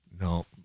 No